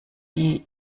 die